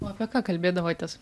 o apie ką kalbėdavotės